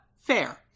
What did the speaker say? Fair